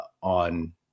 on